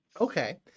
Okay